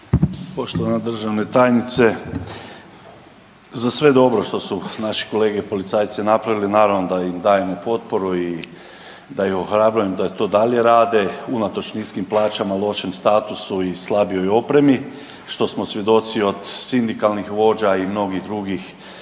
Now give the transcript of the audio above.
Poštovana državna tajnice za sve dobro što naši kolege policajci napravili naravno da im dajemo potporu i da ih ohrabrujem da i to dalje unatoč niskim plaćama, lošem statusu i slabijoj opremi što smo svjedoci od sindikalnih vođa i mnogih drugih